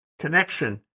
connection